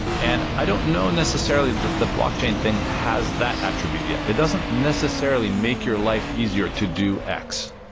and i don't know necessarily that the blockchain thing has that attribute yet. it doesn't necessarily make your life easier to do x,